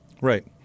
Right